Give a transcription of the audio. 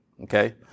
okay